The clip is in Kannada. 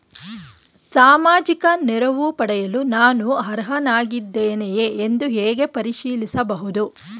ಸಾಮಾಜಿಕ ನೆರವು ಪಡೆಯಲು ನಾನು ಅರ್ಹನಾಗಿದ್ದೇನೆಯೇ ಎಂದು ಹೇಗೆ ಪರಿಶೀಲಿಸಬಹುದು?